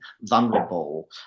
vulnerable